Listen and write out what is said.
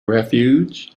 refuge